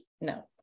No